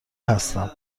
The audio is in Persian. هستم